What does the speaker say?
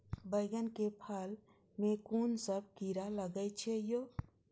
बैंगन के फल में कुन सब कीरा लगै छै यो?